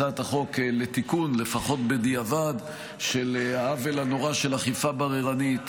הצעת חוק לתיקון של העוול הנורא של אכיפה בררנית,